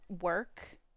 work